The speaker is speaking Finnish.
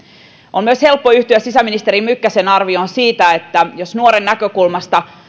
on myös helppo yhtyä sisäministeri mykkäsen arvioon siitä että jos nuoren näkökulmasta